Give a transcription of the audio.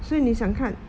所以你想看